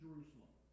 Jerusalem